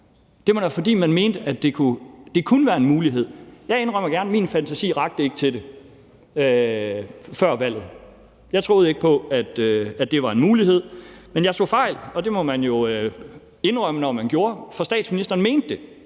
da være, fordi man mente, at det kunne være en mulighed. Jeg indrømmer gerne, at min fantasi ikke rakte til det før valget. Jeg troede ikke på, at det var en mulighed, men jeg tog fejl, og det må man jo indrømme når man gør, for statsministeren mente det,